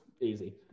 easy